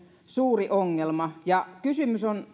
suuri ongelma ja kysymys on